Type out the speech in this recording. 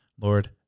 Lord